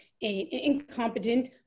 incompetent